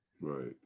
Right